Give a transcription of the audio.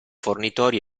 fornitori